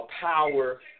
power